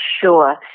Sure